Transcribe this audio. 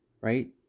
right